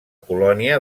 colònia